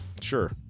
Sure